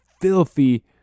filthy